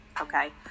okay